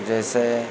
जैसे